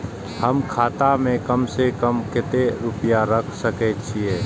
हम खाता में कम से कम कतेक रुपया रख सके छिए?